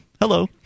hello